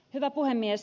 hyvä puhemies